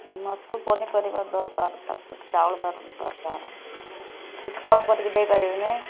ମୋତେ ପନିପରିବା ଦରକାର ତାପରେ ଚାଉଳ ଦରକାର କିଛି କମ କରିକି ଦେଇପାରିବେନି